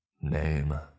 Name